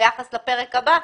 ביחס לפרק הבא,